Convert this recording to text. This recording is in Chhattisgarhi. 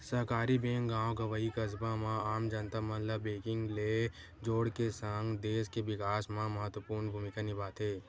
सहकारी बेंक गॉव गंवई, कस्बा म आम जनता मन ल बेंकिग ले जोड़ के सगं, देस के बिकास म महत्वपूर्न भूमिका निभाथे